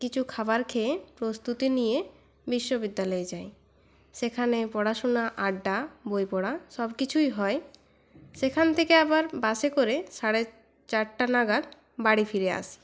কিছু খাবার খেয়ে প্রস্তুতি নিয়ে বিশ্ববিদ্যালয়ে যাই সেখানে পড়াশোনা আড্ডা বই পড়া সবকিছুই হয় সেখান থেকে আবার বাসে করে সাড়ে চারটা নাগাদ বাড়ি ফিরে আসি